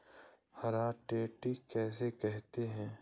हरा टिड्डा किसे कहते हैं?